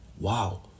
Wow